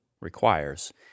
requires